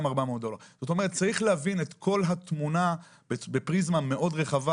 זאת אומרת צריך להבין את כל התמונה בפריזמה מאוד רחבה,